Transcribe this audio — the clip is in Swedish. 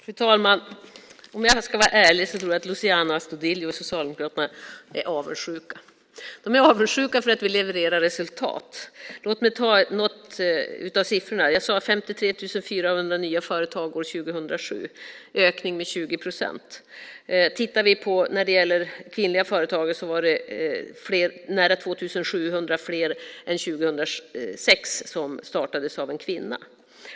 Fru talman! Om jag ska vara ärlig tror jag att Luciano Astudillo och Socialdemokraterna är avundsjuka. De är avundsjuka för att vi levererar resultat. Låt mig ta några av siffrorna. Jag sade att det startades 53 400 nya företag år 2007. Det är en ökning med 20 procent. Vi kan titta på hur det ser ut när det gäller kvinnliga företagare. Det var nära 2 700 fler företag än 2006 som startades av en kvinna.